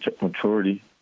maturity